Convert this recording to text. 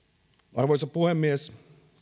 arvoisa puhemies